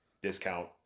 Discount